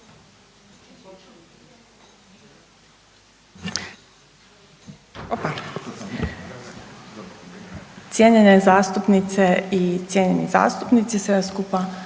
Cijenjene zastupnice i cijenjeni zastupnici. Sve vas skupa